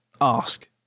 ask